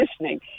listening